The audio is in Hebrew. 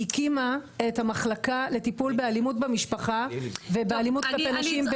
הקימה את המחלקה לטיפול באלימות במשפחה ובאלימות כלפי נשים בנעמ"ת.